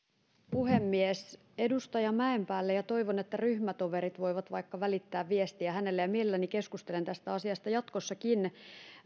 puhemies edustaja mäenpäälle ja toivon että ryhmätoverit voivat vaikka välittää viestiä hänelle ja mielelläni keskustelen tästä asiasta jatkossakin